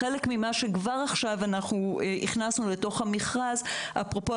חלק ממה שכבר עכשיו הכנסנו לתוך המכרז אפרופו